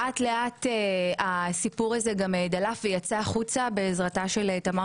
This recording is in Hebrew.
לאט-לאט הסיפור הזה גם דלף ויצא החוצה בעזרתה של תמר